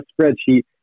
spreadsheet